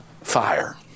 fire